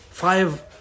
five